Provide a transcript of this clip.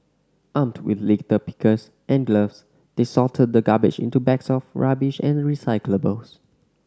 armed with litter pickers and gloves they sorted the garbage into bags for rubbish and recyclables